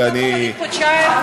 חודשיים?